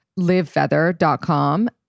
livefeather.com